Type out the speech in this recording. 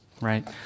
right